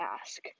ask